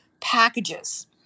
packages